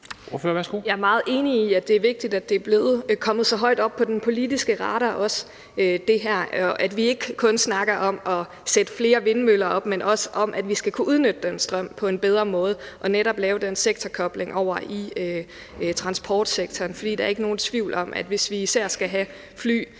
Jeg er meget enig i, er det er vigtigt, at det her i så høj grad er kommet på den politiske radar, og at vi ikke kun snakker om at sætte flere vindmøller op, men også om, at vi skal kunne udnytte den strøm på en bedre måde og netop lave den sektorkobling over i transportsektoren. For der er ikke nogen tvivl om, at hvis vi skal have især